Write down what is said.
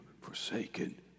forsaken